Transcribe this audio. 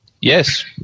Yes